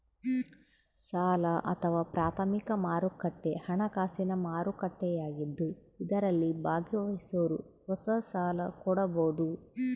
ಸಾಲ ಅಥವಾ ಪ್ರಾಥಮಿಕ ಮಾರುಕಟ್ಟೆ ಹಣಕಾಸಿನ ಮಾರುಕಟ್ಟೆಯಾಗಿದ್ದು ಇದರಲ್ಲಿ ಭಾಗವಹಿಸೋರು ಹೊಸ ಸಾಲ ಕೊಡಬೋದು